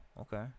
okay